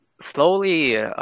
slowly